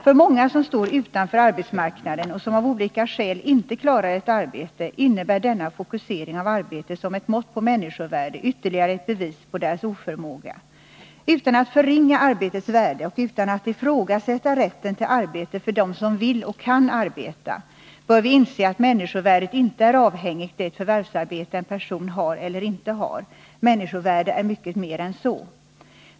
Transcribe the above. För många som står utanför arbetsmarknaden och som av olika skäl inte klarar ett arbete innebär denna fokusering av arbetet som ett mått på människovärde ytterligare ett bevis på deras oförmåga. Utan att förringa arbetets värde och utan att ifrågasätta rätten till arbete för dem som vill och kan arbeta bör vi inse att människovärdet inte är avhängigt av det förvärvsarbete en person har eller inte har. Människovärde är mycket mer än så.